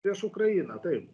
prieš ukrainą taip